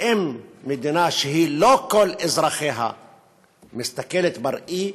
ואם מדינה שהיא לא של כל אזרחיה מסתכלת בראי,